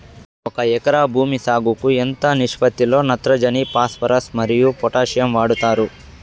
ఒక ఎకరా భూమి సాగుకు ఎంత నిష్పత్తి లో నత్రజని ఫాస్పరస్ మరియు పొటాషియం వాడుతారు